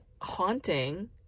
haunting